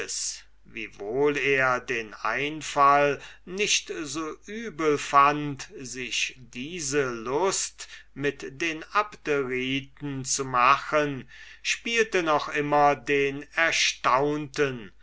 er den einfall nicht so übel fand sich diese lust mit den abderiten zu machen spielte noch immer den erstaunten